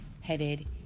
headed